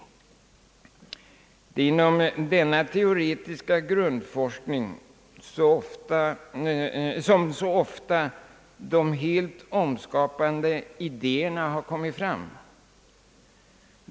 Det är inom denna teoretiska grundforskning många av de helt omskapande idéerna har kommit fram.